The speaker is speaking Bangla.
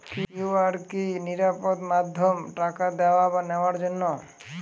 কিউ.আর কি নিরাপদ মাধ্যম টাকা দেওয়া বা নেওয়ার জন্য?